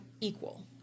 equal